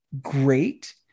great